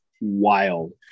wild